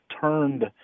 turned